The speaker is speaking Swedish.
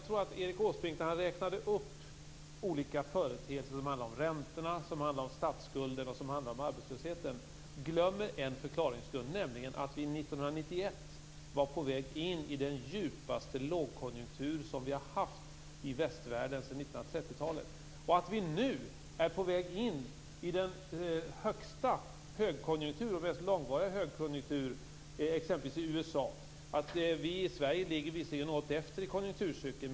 När Erik Åsbrink räknade upp olika företeelser - det handlade om räntorna, statsskulden och arbetslösheten - tror jag att han glömde en förklaringsgrund, nämligen att vi 1991 var på väg in i den djupaste lågkonjunktur som vi har haft i västvärlden sedan 1930-talet. Men nu är vi på väg in i den högsta och mest långvariga högkonjunkturen, exempelvis i USA. I Sverige ligger vi visserligen något efter i konjunkturcykeln.